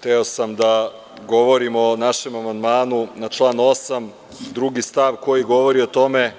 Hteo sam da govorim o našem amandmanu na član 8. stav 2. koji govori o tome